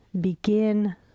begin